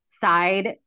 side